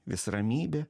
vis ramybė